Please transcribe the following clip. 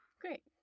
Great